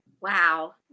Wow